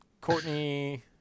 Courtney